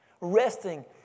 Resting